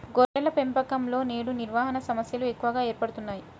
గొర్రెల పెంపకంలో నేడు నిర్వహణ సమస్యలు ఎక్కువగా ఏర్పడుతున్నాయి